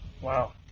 Wow